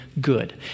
good